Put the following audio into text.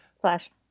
flash